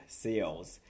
sales